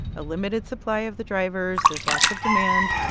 a limited supply of the drivers. there's lots of demand.